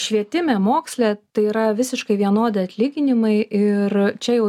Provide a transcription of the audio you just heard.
švietime moksle tai yra visiškai vienodi atlyginimai ir čia jau